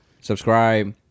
subscribe